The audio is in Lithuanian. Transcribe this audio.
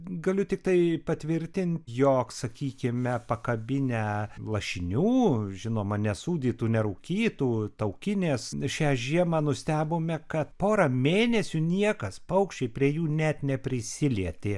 galiu tiktai patvirtint jog sakykime pakabinę lašinių žinoma ne sūdytų ne rūkytų taukinės šią žiemą nustebome kad porą mėnesių niekas paukščiai prie jų net neprisilietė